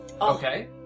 Okay